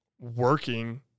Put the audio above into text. working